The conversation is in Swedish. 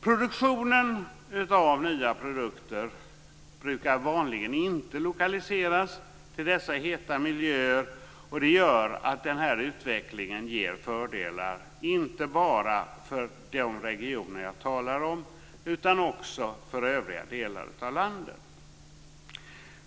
Tillverkningen av nya produkter brukar vanligen inte lokaliseras till dessa heta miljöer, och det gör att denna utveckling ger fördelar inte bara för de regioner som jag talar om utan också för övriga delar av landet.